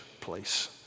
place